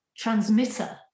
transmitter